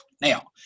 Now